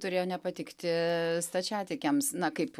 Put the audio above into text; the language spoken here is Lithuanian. turėjo nepatikti stačiatikiams na kaip